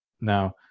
Now